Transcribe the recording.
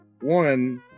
One